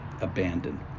abandoned